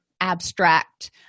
abstract